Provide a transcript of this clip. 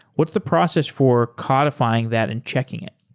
what's the process for codifying that and checking it?